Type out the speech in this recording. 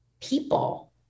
people